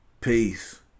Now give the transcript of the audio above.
Peace